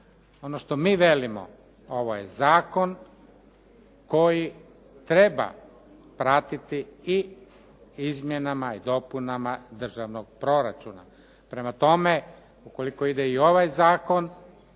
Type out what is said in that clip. Ono što mi velimo ovo je zakon koji treba pratiti i izmjenama i dopunama državnog proračuna. Prema tome, ukoliko ide i ovaj zakon